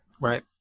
Right